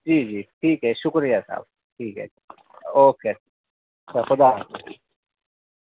جی جی ٹھیک ہے شکریہ صاحب ٹھیک ہے اوکے اچھا خدا حافظ